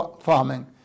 farming